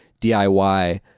DIY